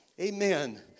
Amen